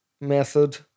method